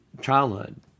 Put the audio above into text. childhood